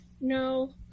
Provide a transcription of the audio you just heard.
No